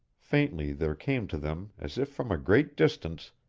faintly there came to them, as if from a great distance,